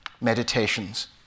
meditations